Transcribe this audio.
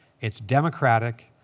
it's democratic.